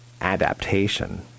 adaptation